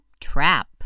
TRAP